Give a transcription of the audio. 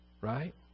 Right